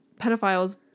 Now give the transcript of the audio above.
pedophiles